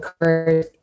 occurred